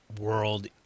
world